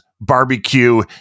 barbecue